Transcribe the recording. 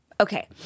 Okay